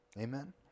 Amen